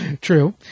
True